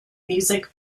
music